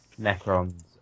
Necrons